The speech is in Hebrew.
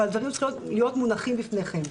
אבל הדברים צריכים להיות מונחים בפניכם.